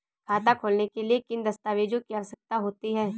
खाता खोलने के लिए किन दस्तावेजों की आवश्यकता होती है?